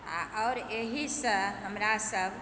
आओर आओर एहिसँ हमरा सब